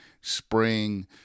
Spring